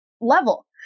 level